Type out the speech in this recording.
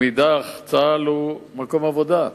ומאידך, צה"ל הוא מקום עבודה.